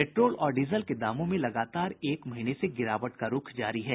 petrol और diesel के दामों में लगातार एक महीने से गिरावट का रूख जारी है